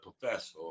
professor